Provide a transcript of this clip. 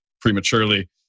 prematurely